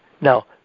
Now